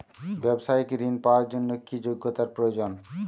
ব্যবসায়িক ঋণ পাওয়ার জন্যে কি যোগ্যতা প্রয়োজন?